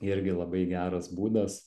irgi labai geras būdas